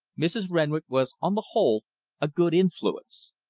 mrs. renwick was on the whole a good influence.